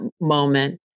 moment